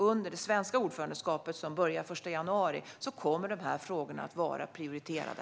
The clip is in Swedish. Under det svenska ordförandeskapet som börjar den 1 januari kommer de här frågorna att vara prioriterade.